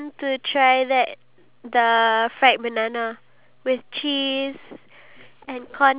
ya because you know the banana right for singapore [one] they buy the you know the baby banana